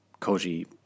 Koji